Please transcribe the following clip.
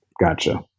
Gotcha